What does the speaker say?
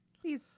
Please